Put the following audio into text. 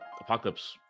apocalypse